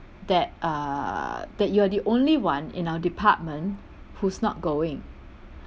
that uh that you are the only one in our department who's not going